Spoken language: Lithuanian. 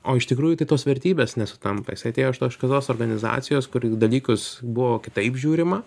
o iš tikrųjų tai tos vertybės nesutampa jis atėjo iš kitos organizacijos kur į dalykus buvo kitaip žiūrima